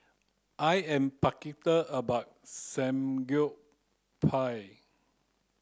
I am about